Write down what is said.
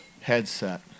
headset